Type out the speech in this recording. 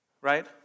right